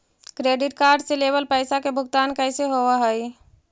Credit card से लेवल पैसा के भुगतान कैसे होव हइ?